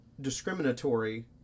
discriminatory